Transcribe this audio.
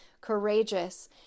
courageous